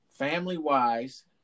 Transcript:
Family-wise